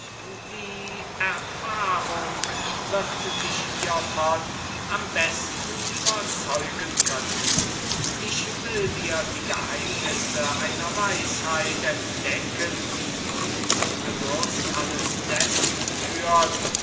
die erfahrung wird dich hievon am besten überzeugen können ich will dir die geheimnisse einer weisheit entdecken die zum genuß alles dessen